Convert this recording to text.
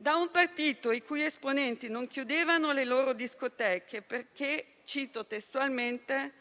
da un partito i cui esponenti non chiudevano le loro discoteche perché - cito testualmente